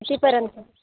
कितीपर्यंत